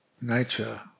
nature